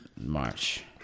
March